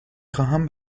خواهم